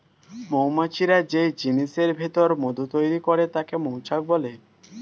মৌমাছিরা যেই জিনিসের ভিতর মধু তৈরি করে তাকে মৌচাক বলে